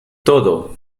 todo